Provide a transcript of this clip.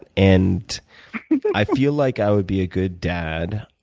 and i feel like i would be a good dad.